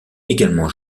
également